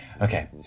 Okay